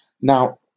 Now